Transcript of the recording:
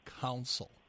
Council